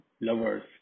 lovers